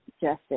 justice